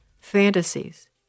fantasies